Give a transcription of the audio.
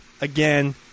again